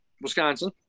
Wisconsin